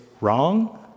wrong